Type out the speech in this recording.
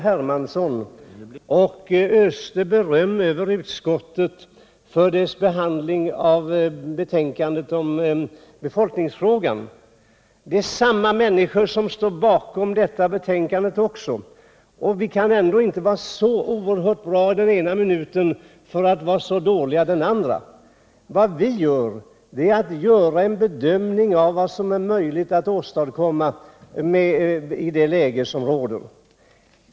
Hermansson och öste beröm över utskottet för dess behandling av betänkandet om befolkningsfrågan. Det är samma människor som står bakom detta betänkande också. Vi kan inte vara så oerhört bra den ena minuten för att vara så dåliga den andra. Vad vi gör är en bedömning av vad som är möjligt att åstadkomma i det rådande läget.